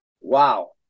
wow